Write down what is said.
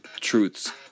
truths